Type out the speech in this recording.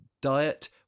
diet